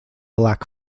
lack